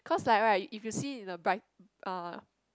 cause like right if you see in a bright uh